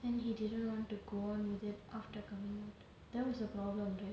and he didn't want to go on with it after coming home that was the problem right